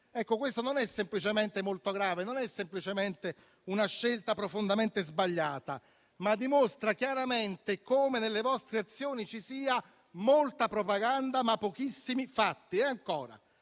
PNRR. Questo non è semplicemente molto grave, non è semplicemente una scelta profondamente sbagliata: dimostra chiaramente come nelle vostre azioni ci siano molta propaganda, ma pochissimi fatti.